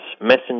messenger